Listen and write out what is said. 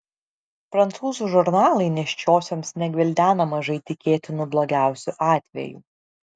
prancūzų žurnalai nėščiosioms negvildena mažai tikėtinų blogiausių atvejų